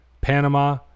Panama